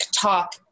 talk